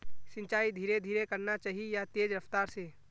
सिंचाई धीरे धीरे करना चही या तेज रफ्तार से?